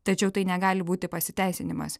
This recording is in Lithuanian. tačiau tai negali būti pasiteisinimas